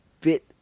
fit